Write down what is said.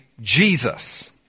Jesus